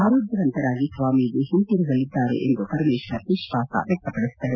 ಆರೋಗ್ಯವಂತರಾಗಿ ಸ್ವಾಮೀಜಿ ಹಿಂತಿರುಗಲಿದ್ದಾರೆ ಎಂದು ಪರಮೇಶ್ವರ್ ವಿಶ್ವಾಸ ವ್ಯಕ್ತಪಡಿಸಿದರು